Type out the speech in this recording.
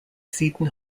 seton